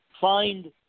find